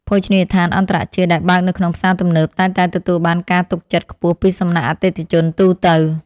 ភោជនីយដ្ឋានអន្តរជាតិដែលបើកនៅក្នុងផ្សារទំនើបតែងតែទទួលបានការទុកចិត្តខ្ពស់ពីសំណាក់អតិថិជនទូទៅ។